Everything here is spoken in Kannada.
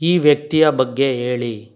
ಈ ವ್ಯಕ್ತಿಯ ಬಗ್ಗೆ ಹೇಳಿ